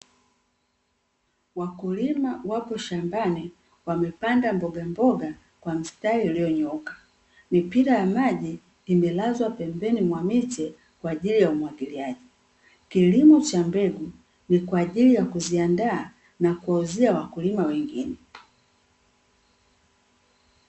Wakulima wapo shambani, wamepanda mbogamboga kwa mstari ulionyooka. Mipira ya maji imelazwa pembeni ya miti kwa ajili ya umwagiliaji. Kilimo cha mbegu ni kwa ajili ya kuziandaa na kuwauzia wakulima wengine.